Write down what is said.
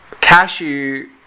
cashew